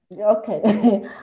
Okay